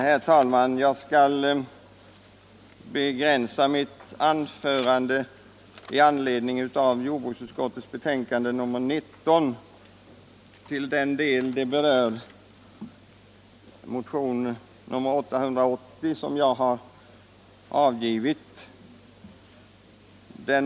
Herr talman! Jag skall begränsa mitt anförande till den del av betänkandet som berör motionen 880 som jag har väckt.